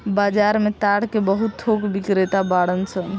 बाजार में ताड़ के बहुत थोक बिक्रेता बाड़न सन